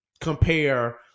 Compare